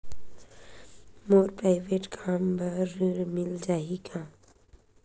मोर private कम बर ऋण मिल जाही का?